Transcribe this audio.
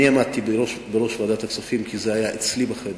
אני עמדתי בראש ועדת הכספים, כי זה היה אצלי בחדר,